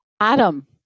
Adam